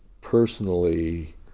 personally